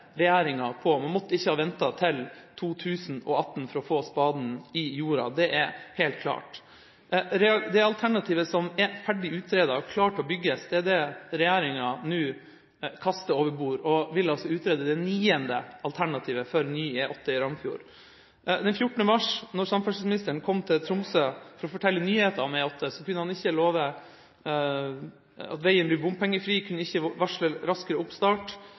regjeringa, og man måtte ikke ha ventet til 2018 for å få spaden i jorda. Det er helt klart. Det alternativet som er ferdig utredet og klart til å bygges, er det regjeringa nå kaster over bord, og den vil altså utrede det niende alternativet for ny E8 i Ramfjord. Den 14. mars, da samferdselsministeren kom til Tromsø for å fortelle nyheter om E8, kunne han ikke love at veien ble bompengefri, kunne ikke varsle raskere oppstart